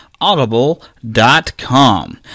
Audible.com